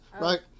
Right